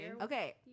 Okay